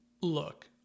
Look